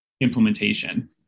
implementation